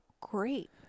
great